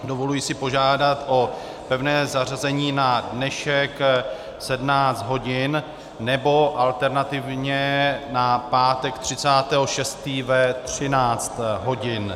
Dovoluji si požádat o pevné zařazení na dnešek 17 hodin nebo alternativně na pátek 30. 6. ve 13 hodin.